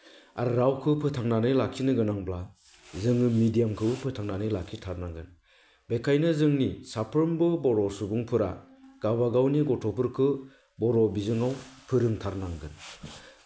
आरो रावखौ फोथांनानै लाखिनो गोनांब्ला जोङो मिडियामखौबो फोथांनानै लाखिथारनांगोन बेनिखायनो जोंनि साफ्रोमबो बर' सुबुंफोरा गावबा गावनि गथ'फोरखौ बर' बिजोंआव फोरोंथारनांगोन